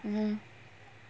mm